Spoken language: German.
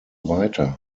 weiter